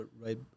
right